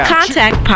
Contact